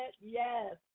Yes